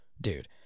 Dude